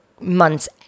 months